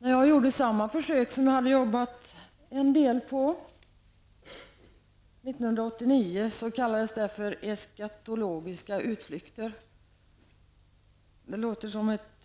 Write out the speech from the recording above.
När jag gjorde samma försök år 1989 kallades det för ''eskatologiska'' utflykter -- ett